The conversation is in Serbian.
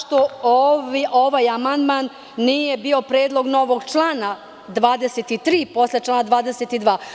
Zašto ovaj amandman nije bio predlog novog člana 23. posle člana 22?